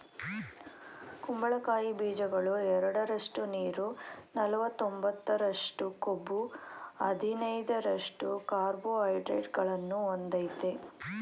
ಕುಂಬಳಕಾಯಿ ಬೀಜಗಳು ಎರಡರಷ್ಟು ನೀರು ನಲವತ್ತೊಂಬತ್ತರಷ್ಟು ಕೊಬ್ಬು ಹದಿನೈದರಷ್ಟು ಕಾರ್ಬೋಹೈಡ್ರೇಟ್ಗಳನ್ನು ಹೊಂದಯ್ತೆ